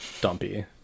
dumpy